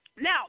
Now